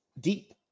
deep